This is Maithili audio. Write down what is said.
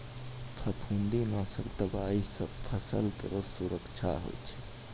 फफूंदी नाशक दवाई सँ फसल केरो सुरक्षा होय छै